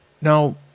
Now